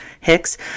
Hicks